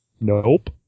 nope